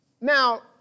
Now